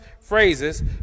phrases